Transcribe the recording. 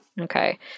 Okay